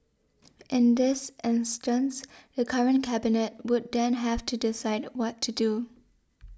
in this instance the current Cabinet would then have to decide what to do